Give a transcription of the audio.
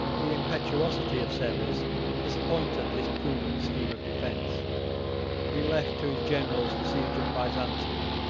the impetuosity of severus disappointed this prudent scheme of defence he left to his generals the siege of byzantium,